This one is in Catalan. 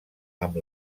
amb